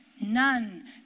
none